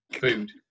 food